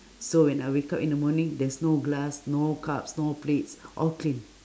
so when I wake up in the morning there is no glass no cups no plates all clean